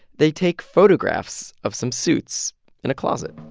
they take photographs of some suits in a closet